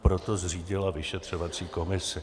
Proto zřídila vyšetřovací komisi.